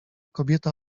kobieta